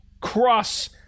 cross-